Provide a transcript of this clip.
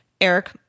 eric